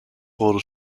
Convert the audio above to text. urdu